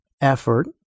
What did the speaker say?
effort